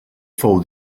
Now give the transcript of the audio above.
fou